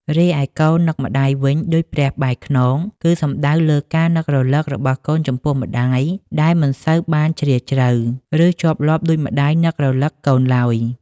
រីឯ "កូននឹកម្ដាយវិញដូចព្រះបែរខ្នង" គឺសំដៅលើការនឹករលឹករបស់កូនចំពោះម្ដាយ ដែលមិនសូវបានជ្រាលជ្រៅ ឬជាប់លាប់ដូចម្ដាយនឹករលឹកកូនឡើយ។